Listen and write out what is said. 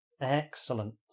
Excellent